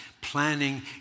planning